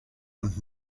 und